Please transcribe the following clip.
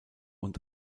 und